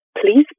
please